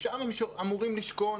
שם הם אמורים לשכון,